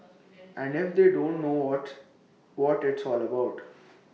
and if they don't know what what it's all about